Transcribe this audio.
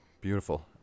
beautiful